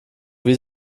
wie